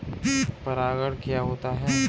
परागण क्या होता है?